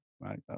right